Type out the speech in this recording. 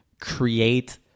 create